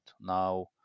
now